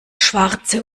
schwarze